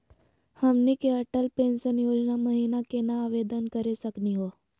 हमनी के अटल पेंसन योजना महिना केना आवेदन करे सकनी हो?